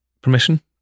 permission